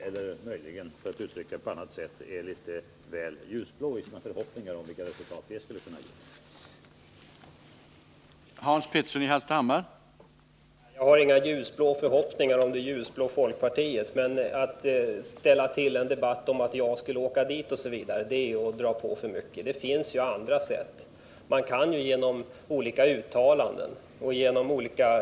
För att uttrycka saken på ett annat sätt har Hans Petersson litet väl ljusblå förhoppningar om vad som skulle kunna bli resultatet härav.